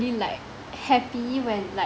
like happy when like